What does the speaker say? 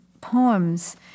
poems